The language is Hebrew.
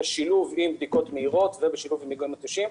בשילוב עם בדיקות מהירות ובשילוב עם איגום מטושים,